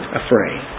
afraid